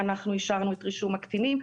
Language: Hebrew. אנחנו אישרנו את רישום הקטינים.